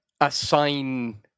assign